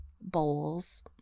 bowls